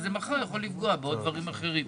מחר זה יכול לפגוע בעוד דברים אחרים.